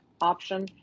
option